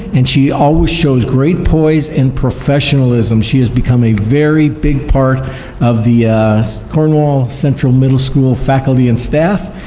and she always shows great poise and professionalism. she has become a very big part of the cornwall central middle school faculty and staff.